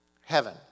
heaven